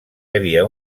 havia